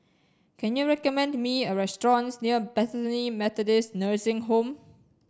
can you recommend me a restaurant near Bethany Methodist Nursing Home